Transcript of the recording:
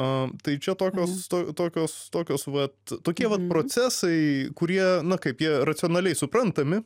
a tai čia tokio tokios tokios vat tokie vat procesai kurie na kaip jie racionaliai suprantami